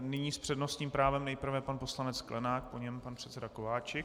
Nyní s přednostním právem nejprve pan poslanec Sklenák, po něm pan předseda Kováčik.